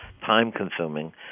time-consuming